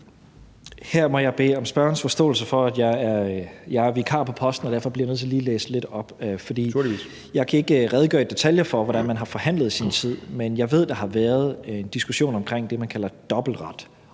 Her må jeg bede om spørgerens forståelse for, at jeg er vikar på posten, og at jeg derfor lige bliver nødt til at læse lidt op, for jeg kan ikke redegøre i detaljer for, hvordan man har forhandlet i sin tid. Men jeg ved, at der har været en diskussion omkring det, man kalder dobbeltret,